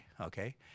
okay